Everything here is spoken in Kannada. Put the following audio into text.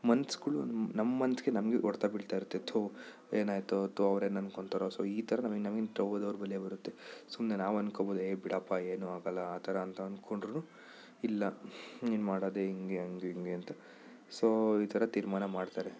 ಮನಸ್ಗಳು ನಮ್ಮ ಮನಸ್ಸಿಗೆ ನಮಗೆ ಹೊಡೆತ ಬೀಳ್ತಾಯಿರುತ್ತೆ ಥೂ ಏನಾಯಿತೋ ಥೂ ಅವ್ರು ಏನು ಅಂದ್ಕೊಳ್ತಾರೊ ಸೊ ಈ ಥರ ನಮಗೆ ನಮಗೆ ದೌರ್ಬಲ್ಯ ಬರುತ್ತೆ ಸುಮ್ಮನೆ ನಾವು ಅಂದ್ಕೊಳ್ಬೋದು ಏ ಬಿಡಪ್ಪ ಏನು ಆಗಲ್ಲ ಆ ಥರ ಅಂತ ಅಂದ್ಕೊಂಡ್ರೂ ಇಲ್ಲ ನೀನು ಮಾಡೊದೇ ಹಿಂಗೆ ಹಂಗಿಂಗೆ ಅಂತ ಸೊ ಈ ಥರ ತೀರ್ಮಾನ ಮಾಡ್ತಾರೆ